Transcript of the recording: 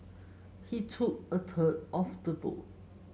he took a third of the vote